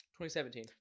2017